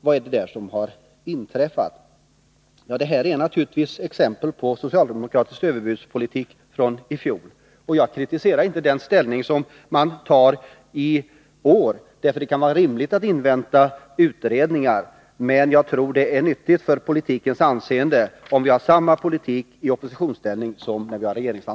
Vad är det som har inträffat där? Detta är naturligtvis exempel på socialdemokratisk överbudspolitik från i fjol. Jag kritiserar inte den ställning man har tagit i år, för det kan vara rimligt Nr 145 att invänta utredningar, men jag tror att det är nyttigt för politikens anseende att ha samma politik i oppositionsställning som när man har regeringsan